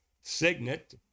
signet